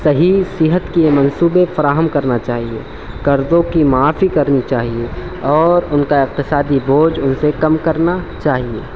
صحیح صحت کی یہ منصوبے فراہم کرنا چاہیے قرضوں کی معافی کرنی چاہیے اور ان کا اقتصای بوجھ ان سے کم کرنا چاہیے